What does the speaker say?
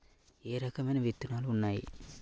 ఏ రకమైన విత్తనాలు ఉన్నాయి?